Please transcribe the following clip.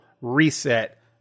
reset